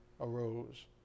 arose